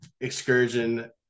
excursion